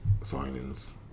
signings